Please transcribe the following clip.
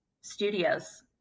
studios